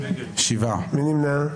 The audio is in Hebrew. מי נמנע?